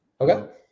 Okay